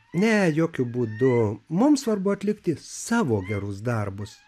ne jokiu būdu mums svarbu atlikti savo gerus darbus